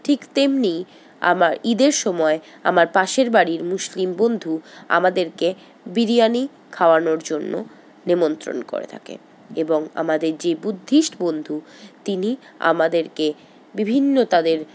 ঠিক তেমনি আমার ঈদের সময় আমার পাশের বাড়ির মুসলিম বন্ধু আমাদেরকে বিরিয়ানি খাওয়ানোর জন্য নিমন্ত্রণ করে থাকেন এবং আমাদের যে বুদ্ধিস্ট বন্ধু তিনি আমাদেরকে বিভিন্ন তাদের